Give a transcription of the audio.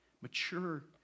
mature